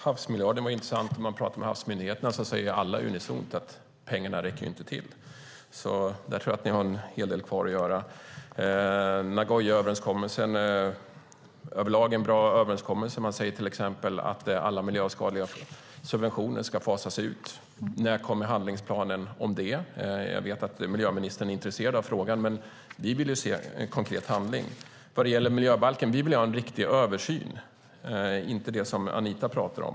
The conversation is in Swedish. Herr talman! Det var intressant med havsmiljarden. Om man talar med havsmyndigheterna säger alla unisont att pengarna inte räcker till. Där tror jag att ni har en hel del kvar att göra. Nagoyaöverenskommelsen är över lag en bra överenskommelse. Man säger till exempel att alla miljöskadliga subventioner ska fasas ut. När kommer handlingsplanen om det? Jag vet att miljöministern är intresserad av frågan. Men vi vill se konkret handling. När det gäller miljöbalken vill vi ha en riktig översyn, inte det som Anita Brodén talar om.